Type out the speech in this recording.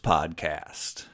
Podcast